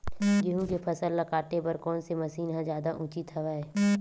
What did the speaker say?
गेहूं के फसल ल काटे बर कोन से मशीन ह जादा उचित हवय?